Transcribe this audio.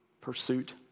pursuit